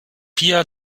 pia